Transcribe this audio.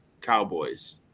Cowboys